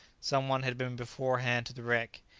some one had been beforehand to the wreck.